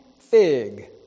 fig